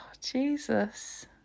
jesus